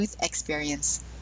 experience